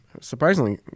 surprisingly